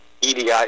EDI